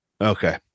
Okay